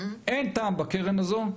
אין טעם בקרן הזאת,